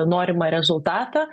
norimą rezultatą